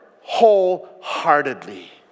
wholeheartedly